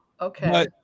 Okay